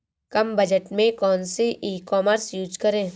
कम budget में कौन सी ई कॉमर्स यूज़ करें?